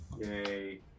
Yay